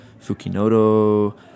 fukinodo